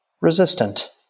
resistant